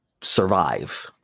survive